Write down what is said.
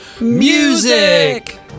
music